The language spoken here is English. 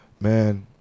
man